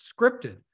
scripted